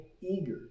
eager